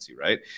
right